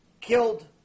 killed